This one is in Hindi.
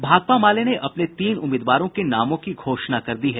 भाकपा माले ने अपने तीन उम्मीदवारों के नामों की घोषणा कर दी है